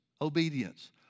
obedience